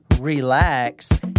relax